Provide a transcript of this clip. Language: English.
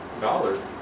dollars